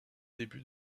début